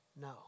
No